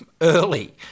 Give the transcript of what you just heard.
early